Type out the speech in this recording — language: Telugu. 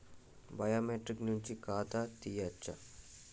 బయోమెట్రిక్ నుంచి ఖాతా తీయచ్చా?